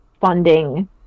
funding